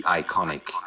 iconic